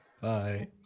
Bye